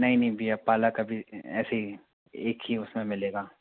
नहीं नहीं भैया पालक अभी ऐसे ही एक ही उसमें मिलेगा